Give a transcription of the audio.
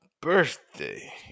birthday